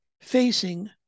facing